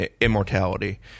immortality